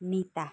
मिता